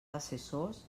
assessors